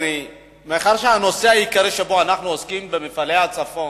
מאחר שהנושא העיקרי שבו אנחנו עוסקים הוא מפעלי הצפון,